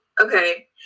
okay